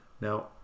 Now